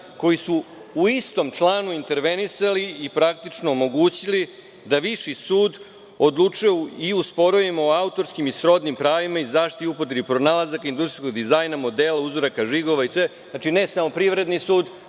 koji su u istom članu intervenisali i praktično omogućili da Viši sud odlučuje i u sporovima o autorskim i srodnim pravima i zaštiti upotrebe pronalazaka, industrijskog dizajna, modela, uzoraka, žigova. Znači, ne samo Privredni sud,